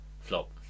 Flop